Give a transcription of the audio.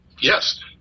Yes